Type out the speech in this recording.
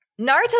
Naruto